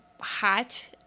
hot